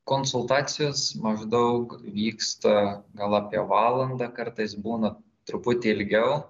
konsultacijos maždaug vyksta gal apie valandą kartais būna truputį ilgiau